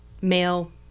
male